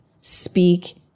speak